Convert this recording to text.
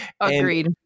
Agreed